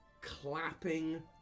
clapping